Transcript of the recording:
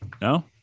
No